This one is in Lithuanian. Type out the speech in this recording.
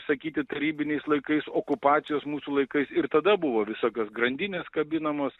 sakyti tarybiniais laikais okupacijos mūsų laikais ir tada buvo visokios grandinės kabinamos